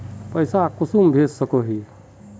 पैसा कुंसम भेज सकोही?